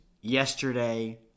yesterday